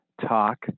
talk